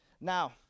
Now